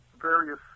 various